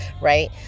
right